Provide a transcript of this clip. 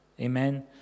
Amen